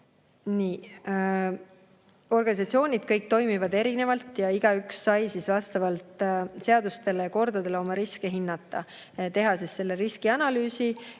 Organisatsioonid toimivad erinevalt ja igaüks sai vastavalt seadustele ja kordadele oma riske hinnata, teha riskianalüüsi